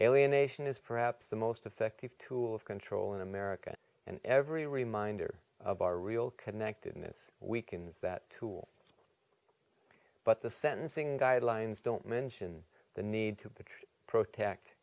alienation is perhaps the most effective tool of control in america and every reminder of our real connectedness weakens that tool but the sentencing guidelines don't mention the need to p